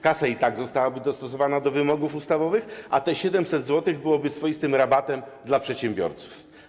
Kasa i tak zostałaby dostosowana do wymogów ustawowych, a te 700 zł byłoby swoistym rabatem dla przedsiębiorców.